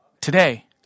today